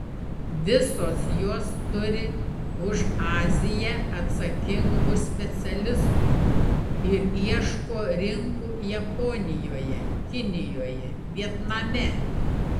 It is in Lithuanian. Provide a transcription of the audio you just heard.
visos jos turi už aziją atsakingų specialistų ir ieško rinkų japonijoje kinijoje vietname